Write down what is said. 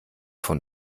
von